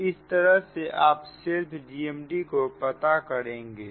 तो इस तरह आप सेल्फ GMD को पता करेंगे